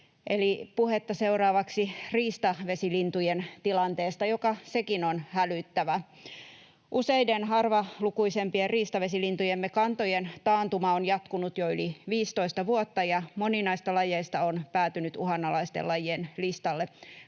puhetta seuraavaksi riistavesilintujen tilanteesta, joka sekin on hälyttävä. Useiden harvalukuisempien riistavesilintujemme kantojen taantuma on jatkunut jo yli 15 vuotta, ja moni näistä lajeista on päätynyt uhanalaisten lajien listalle.